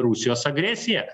rusijos agresiją